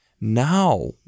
now